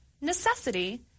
necessity